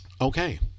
Okay